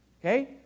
okay